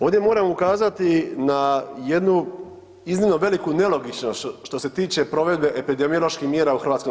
Ovdje moram ukazati na jednu iznimno veliku nelogičnost što se tiče provedbe epidemioloških mjera u HS.